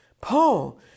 Paul